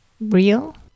real